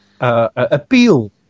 appeal